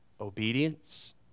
obedience